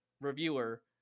reviewer